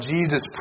Jesus